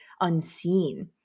unseen